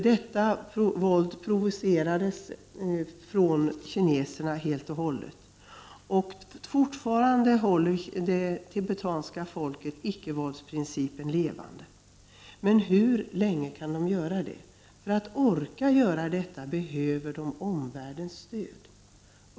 Detta våld provocerades helt och hållet av kineserna. Det tibetanska folket håller fortfarande icke-våldsprincipen levande, men hur länge kan de göra det? För att orka göra detta behöver de omvärldens stöd.